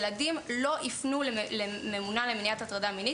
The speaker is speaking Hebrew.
ילדים לא יפנו לממונה על הטרדה מינית,